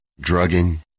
drugging